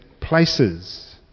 places